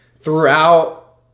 throughout